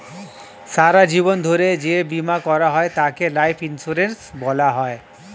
সারা জীবন ধরে যে বীমা করা হয় তাকে লাইফ ইন্স্যুরেন্স বলা হয়